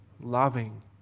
loving